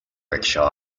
rickshaw